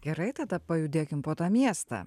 gerai tada pajudėkim po tą miestą